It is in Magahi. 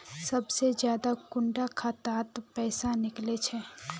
सबसे ज्यादा कुंडा खाता त पैसा निकले छे?